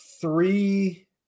three